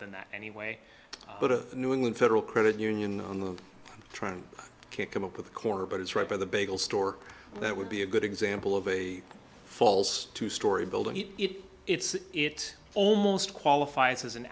than that anyway but a new england federal credit union on the trend can't come up with a quarter but it's right by the bagel stork that would be a good example of a false two story building it if it's it almost qualifies as an